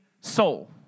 soul